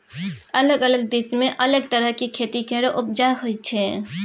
अलग अलग देश मे अलग तरहक खेती केर उपजा होइ छै